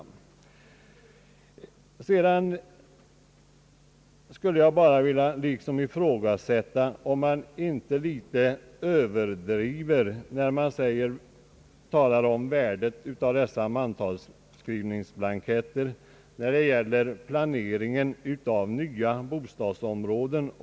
Frågan behöver sålunda ej bli föremål för utredning. Önskade uppgifter kan beställas av vederbörande kommun. Sedan skulle jag vilja ifrågasätta om man inte överdriver värdet av mantalsskrivningsblanketterna för planeringen av nya bostadsområden.